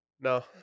No